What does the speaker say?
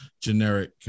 generic